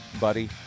Buddy